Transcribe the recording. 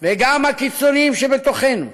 וגם הקיצונים שבתוכנו,